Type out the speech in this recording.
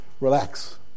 relax